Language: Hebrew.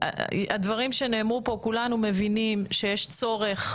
שמהדברים שנאמרו פה כולנו מבינים שיש צורך,